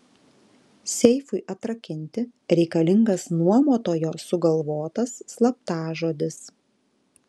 seifui atrakinti reikalingas nuomotojo sugalvotas slaptažodis